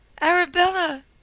Arabella